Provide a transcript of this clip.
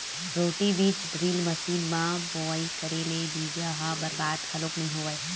roto बीज drill machine म बोवई करे ले बीजा ह बरबाद घलोक नइ होवय